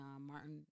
Martin